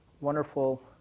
wonderful